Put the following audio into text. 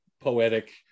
poetic